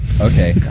Okay